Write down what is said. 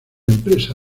empresa